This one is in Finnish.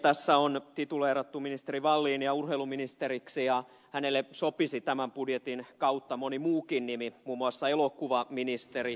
tässä on tituleerattu ministeri wallinia urheiluministeriksi ja hänelle sopisi tämän budjetin kautta moni muukin nimi muun muassa elokuvaministeri